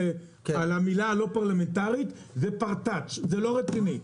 זה לא רציני.